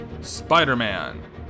Spider-Man